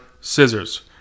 scissors